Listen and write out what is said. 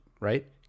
right